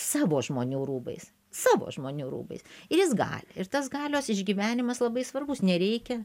savo žmonių rūbais savo žmonių rūbais ir jis gali ir tas galios išgyvenimas labai svarbus nereikia